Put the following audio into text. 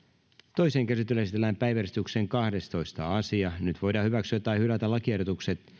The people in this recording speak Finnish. toiseen käsittelyyn esitellään päiväjärjestyksen kahdestoista asia nyt voidaan hyväksyä tai hylätä lakiehdotukset